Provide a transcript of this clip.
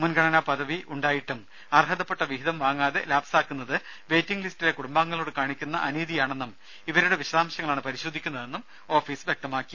മുൻഗണനാ പദവി ഉണ്ടായിട്ടും അർഹതപ്പെട്ട വിഹിതം വാങ്ങാതെ ലാപ്സാക്കുന്നത് വെയിറ്റിംഗ് ലിസ്റ്റിലെ കുടുംബങ്ങളോടു കാട്ടുന്ന അനീതിയാണെന്നും ഇവരുടെ വിശദാംശങ്ങളാണ് പരിശോധിക്കുന്നതെന്നും ഓഫീസ് വ്യക്തമാക്കി